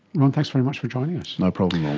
ron, thanks very much for joining us. no problem yeah